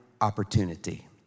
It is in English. opportunity